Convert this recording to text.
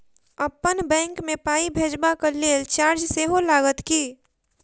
अप्पन बैंक मे पाई भेजबाक लेल चार्ज सेहो लागत की?